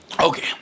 okay